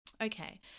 okay